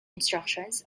instructions